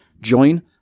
join